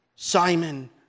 Simon